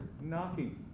knocking